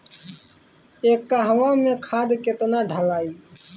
एक कहवा मे खाद केतना ढालाई?